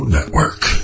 Network